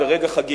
מיוחד, רגע חגיגי